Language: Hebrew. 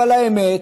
אבל האמת,